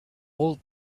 old